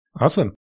Awesome